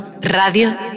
Radio